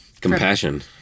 Compassion